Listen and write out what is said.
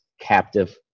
captive